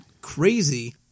crazy